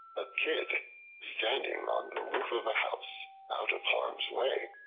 a kid standing on the roof of a house, out of harm's way,